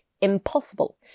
impossible